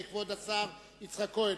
כבוד השר יצחק כהן.